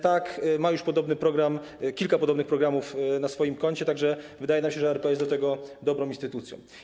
Tak, ma już podobny program, kilka podobnych programów na swoim koncie, tak że wydaje się nam, że ARP jest do tego dobrą instytucją.